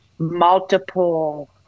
Multiple